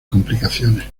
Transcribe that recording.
complicaciones